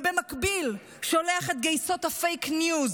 ובמקביל שולח את גייסות הפייק-ניוז